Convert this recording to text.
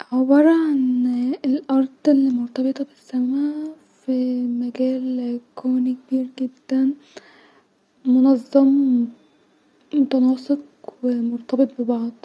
عباره عن الارض الي مرتبطه بالسما في-مجال كوني كبير جدا-منظم-متناسق-و مرتبط ببعض